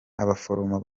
abaforomo